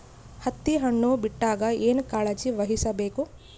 ಹತ್ತಿ ಹಣ್ಣು ಬಿಟ್ಟಾಗ ಏನ ಕಾಳಜಿ ವಹಿಸ ಬೇಕು?